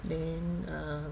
then err